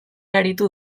aritu